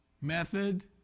method